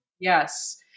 Yes